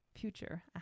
future